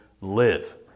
live